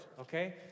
okay